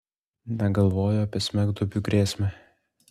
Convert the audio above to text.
negalvojo apie smegduobių grėsmę